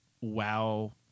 wow